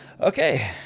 Okay